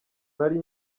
nari